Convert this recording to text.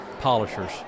polishers